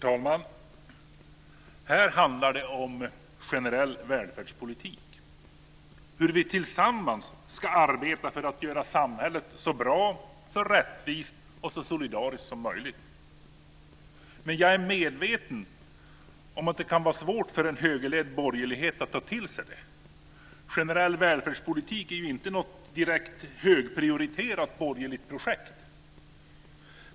Herr talman! Här handlar det om generell välfärdspolitik - hur vi tillsammans ska arbeta för att göra samhället så bra, så rättvist och så solidariskt som möjligt. Men jag är medveten om att det kan vara svårt för en högerledd borgerlighet att ta till sig det. Generell välfärdspolitik är ju inte direkt något högprioriterat borgerligt projekt.